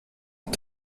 und